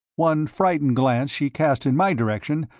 one frightened glance she cast in my direction,